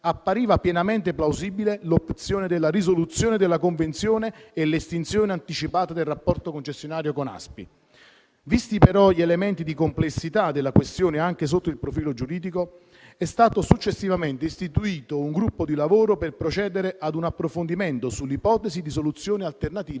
appariva pienamente plausibile l'opzione della risoluzione della convenzione e l'estinzione anticipata del rapporto concessionario con ASPI. Visti però gli elementi di complessità della questione, anche sotto il profilo giuridico, è stato successivamente istituito un gruppo di lavoro per procedere ad un approfondimento sull'ipotesi di soluzioni alternative